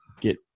get